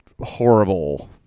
horrible